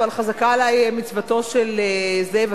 אבל חזקה עלי מצוותו של זאב,